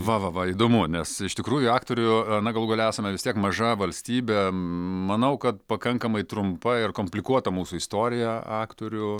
va va va įdomu nes iš tikrųjų aktorių na galų gale esame vis tiek maža valstybė manau kad pakankamai trumpa ir komplikuota mūsų istorija aktorių